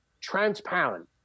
transparent